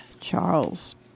Charles